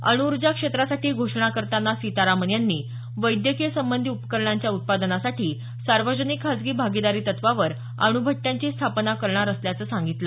अण् ऊर्जा क्षेत्रासाठी घोषणा करताना सीतारामन यांनी वैद्यकीय संबंधी उपकरणांच्या उत्पादनासाठी सार्वजनिक खासगी भागीदारी तत्वावर अणुभट्ट्यांची स्थापना करणार असल्याचं सांगितलं